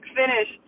finish